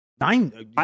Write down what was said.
Nine